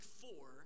four